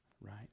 right